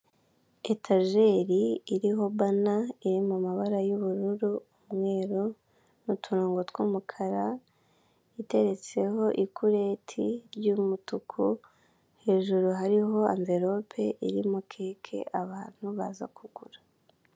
Etajeri iriho bana iri mu mabara y'ubururu, umweru n'uturongo tw'umukara iteretseho igureti y'umutuku, hejuru hariho amverope irimo keke abantu baza kugura.